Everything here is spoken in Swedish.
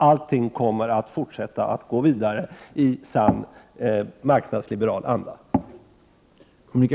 Allting kommer att gå vidare i sann marknadsliberal anda.